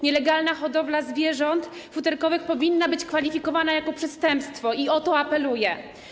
Nielegalna hodowla zwierząt futerkowych powinna być kwalifikowana jako przestępstwo i o to apeluję.